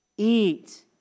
Eat